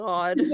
God